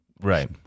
Right